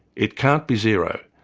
it can't be zero,